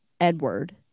Edward